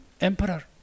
emperor